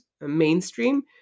mainstream